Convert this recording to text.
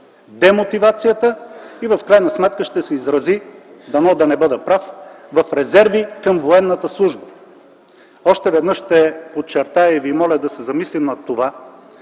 демотивацията и в крайна сметка ще се изрази, дано да не бъда прав, в резерви към военната служба. Още веднъж ще подчертая и ви моля да се замислим над това,